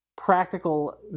practical